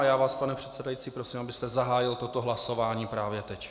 Já vás, pane předsedající, prosím, abyste zahájil toto hlasování právě teď.